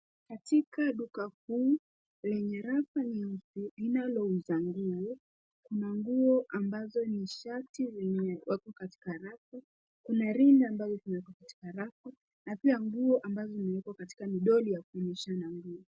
Katika duka kuu lenye rafu linalouza nguo, kuna nguo ambazo ni shati lenye wako katika rafu. Kuna rinda ambazo zimewekwa katika rafu na pia nguo ambazo zimewekwa katika midoli ya kuonyesha nguo.